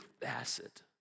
facet